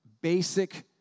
basic